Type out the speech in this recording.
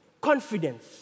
confidence